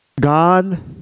God